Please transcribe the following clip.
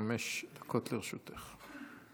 חברת הכנסת קרן ברק, בבקשה, חמש דקות לרשותך.